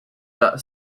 their